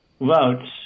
votes